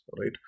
right